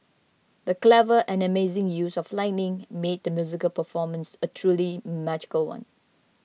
the clever and amazing use of lighting made the musical performance a truly magical one